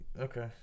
okay